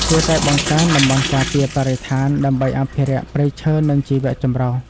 គួរតែបង្កើតតំបន់ការពារបរិស្ថានដើម្បីអភិរក្សព្រៃឈើ និងជីវៈចម្រុះ។